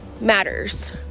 matters